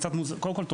קודם כל,